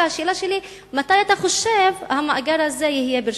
והשאלה שלי היא: מתי אתה חושב שהמאגר הזה שדיברתי עליו יהיה ברשותנו?